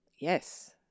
yes